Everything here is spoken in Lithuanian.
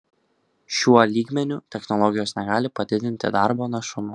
šiuo lygmeniu technologijos negali padidinti darbo našumo